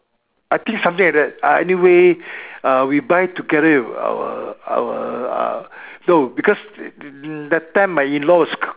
I think something like that uh anyway uh we buy together with our our uh no because that time my in-laws